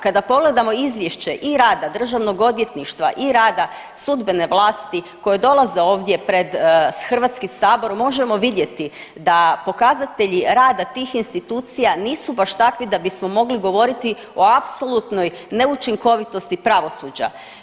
Kada pogledamo izvješće i rada državnog odvjetništva i rada sudbene vlasti koje dolaze ovdje pred HS možemo vidjeti da pokazatelji rada tih institucija nisu baš takvi da bismo mogli govoriti o apsolutnoj neučinkovitosti pravosuđa.